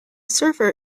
surfer